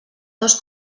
dos